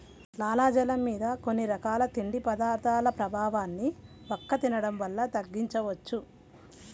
లాలాజలం మీద కొన్ని రకాల తిండి పదార్థాల ప్రభావాన్ని వక్క తినడం వల్ల తగ్గించవచ్చు